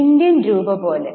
Indian രൂപ പോലെ